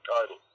title